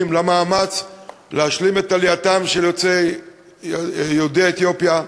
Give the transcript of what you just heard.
למאמץ להשלים את עלייתם של יהודי אתיופיה,